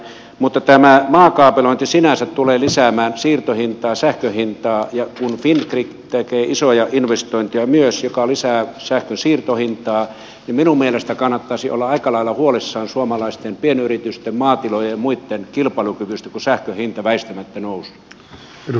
mutta tämä maakaapelointi sinänsä tulee lisäämään siirtohintaa sähkön hintaa ja kun fingrid tekee isoja investointeja myös mikä lisää sähkön siirtohintaa niin minun mielestäni kannattaisi olla aika lailla huolissaan suomalaisten pienyritysten maatilojen ja muitten kilpailukyvystä kun sähkön hinta väistämättä nousee